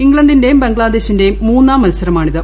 ഇംഗ്ലണ്ടിന്റെയും ബംഗ്ലാദേശിന്റെയും മൂന്നാം മത്സരമാണിത്